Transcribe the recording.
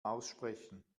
aussprechen